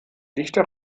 dichte